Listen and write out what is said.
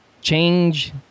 change